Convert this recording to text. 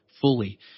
fully